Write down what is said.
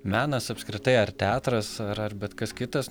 menas apskritai ar teatras ar ar bet kas kitas